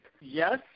Yes